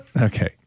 Okay